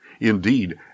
Indeed